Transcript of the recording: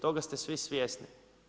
Toga ste svi svjesni.